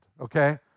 okay